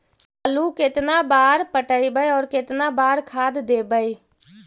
आलू केतना बार पटइबै और केतना बार खाद देबै?